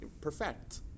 perfect